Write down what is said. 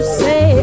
say